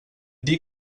dir